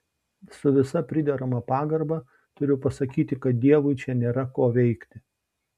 su visa priderama pagarba turiu pasakyti kad dievui čia nėra ko veikti